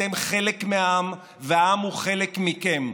אתם חלק מהעם והעם הוא חלק מכם.